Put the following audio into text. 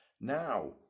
now